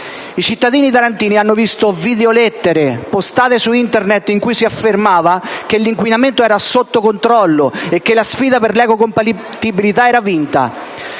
I cittadini tarantini hanno visto videolettere postate su Internet in cui si affermava che l'inquinamento era sotto controllo e che la sfida per l'ecocompatibilità era vinta.